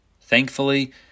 Thankfully